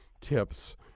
tips